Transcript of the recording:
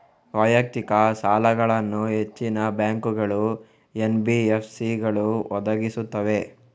ವೈಯಕ್ತಿಕ ಸಾಲಗಳನ್ನು ಹೆಚ್ಚಿನ ಬ್ಯಾಂಕುಗಳು, ಎನ್.ಬಿ.ಎಫ್.ಸಿಗಳು ಒದಗಿಸುತ್ತವೆ